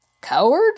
Coward